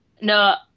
No